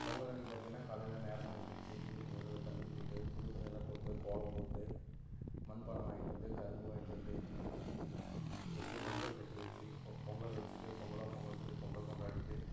பொங்கல் அன்னைக்கு பார்த்திங்கனா காலையில நேரமாக எந்துரிச்சு புது துணிகள் தண்ணி ஊற்றிக்கிட்டு புது துணி எல்லாம் போட்டு கோலம் போட்டு மண்பானை வாங்கிட்டு வந்து கரும்பு வாங்கிட்டு வந்து வச்சி மஞ்சள் கட்டி வச்சி பொ பொங்கல் வச்சிட்டு பொங்கலோ பொங்கல் சொல்லி பொங்கல் கொண்டாடிகிட்டு